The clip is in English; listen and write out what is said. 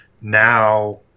Now